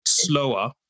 Slower